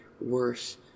worse